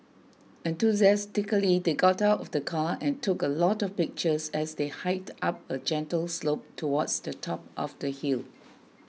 enthusiastically they got out of the car and took a lot of pictures as they hiked up a gentle slope towards the top of the hill